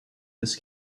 this